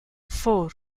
four